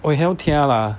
gou e hiao tia lah